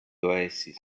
oasis